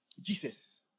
Jesus